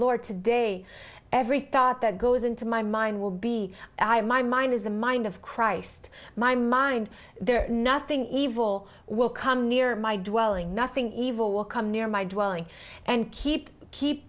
lord today every thought that goes into my mind will be my mind is the mind of christ my mind there nothing evil will come near my due welling nothing evil will come near my dwelling and keep keep